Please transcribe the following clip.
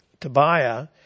Tobiah